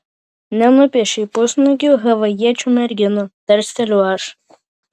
nenupiešei pusnuogių havajiečių merginų tarsteliu aš